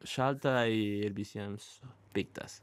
šalta ir visiems piktas